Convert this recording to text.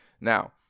now